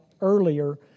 earlier